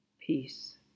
peace